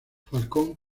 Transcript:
falcón